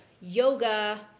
yoga